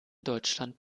deutschland